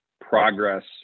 progress